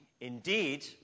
Indeed